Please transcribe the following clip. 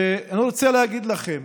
ואני רוצה להגיד לכם